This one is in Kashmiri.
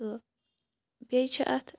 تہٕ بیٚیہِ چھِ اتھ